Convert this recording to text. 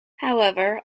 however